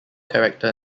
character